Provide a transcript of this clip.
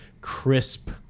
crisp